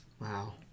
Wow